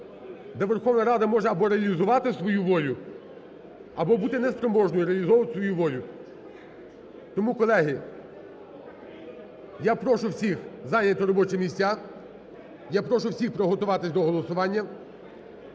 де Верховна Рада може або реалізувати свою волю, або бути неспроможною реалізовувати свою волю. Тому, колеги, я прошу всіх зайняти робочі місця, я прошу всіх приготуватися до голосування.